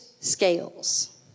scales